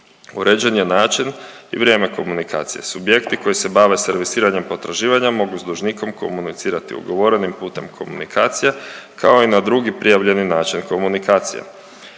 Uređen je način i vrijeme komunikacije, subjekti koji se bave servisiranjem potraživanja mogu s dužnikom komunicirati ugovorenim putem komunikacije, kao i na drugi prijavljeni način komunikacije.